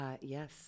Yes